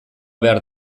behar